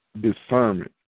discernment